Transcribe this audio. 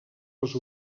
als